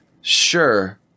Sure